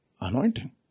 anointing